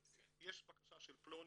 יש בקשה של פלונית,